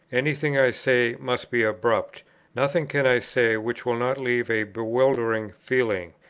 any thing i say must be abrupt nothing can i say which will not leave a bewildering feeling,